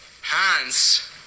Hans